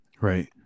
right